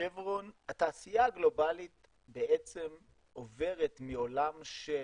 התעשייה הגלובלית בעצם עוברת מעולם של